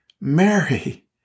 Mary